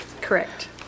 Correct